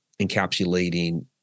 encapsulating